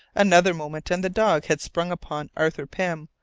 another moment and the dog had sprung upon arthur pym,